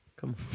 Come